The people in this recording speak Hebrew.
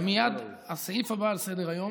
הסעיף הבא על סדר-היום